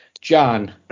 John